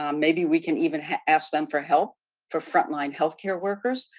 um maybe we can even ask them for help for frontline healthcare workers.